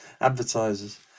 advertisers